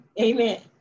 amen